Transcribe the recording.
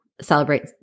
celebrate